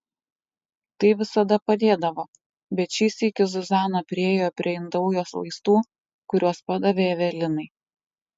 tai visada padėdavo bet šį sykį zuzana priėjo prie indaujos vaistų kuriuos padavė evelinai